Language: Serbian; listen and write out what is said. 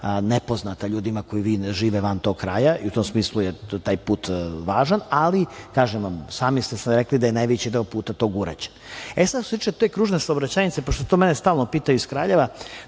nepoznata ljudima koji žive van tog kraja. U tom smislu je taj put važan, ali kažem vam, sami ste rekli da je najveći deo tog puta urađen. Što se tiče te kružne saobraćajnice pošto me to stalno pitaju iz Kraljeva,